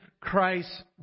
Christ